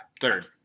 Third